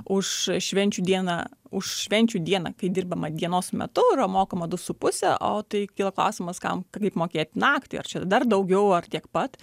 už švenčių dieną už švenčių dieną kai dirbama dienos metu yra mokama du su puse o tai kyla klausimas kam kaip mokėti naktį ar čia dar daugiau ar tiek pat